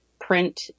print